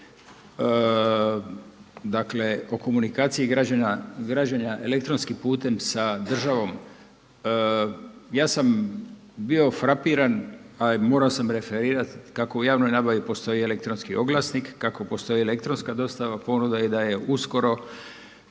dakle o komunikaciji građana elektronskim putem sa državom. Ja sam bio frapiran, ali morao sam referirati kako u javnoj nabavi postoji elektronski oglasnik, kako postoji elektronska dostava ponuda i da je uskoro